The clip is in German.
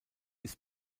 ist